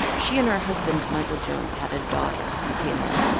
she and her husband, michael jones, had a daughter, makayla,